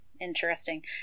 Interesting